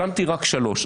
שמתי רק שלוש.